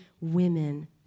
women